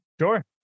Sure